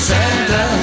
Santa